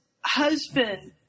husband